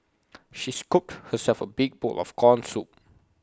she scooped herself A big bowl of Corn Soup